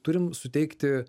turim suteikti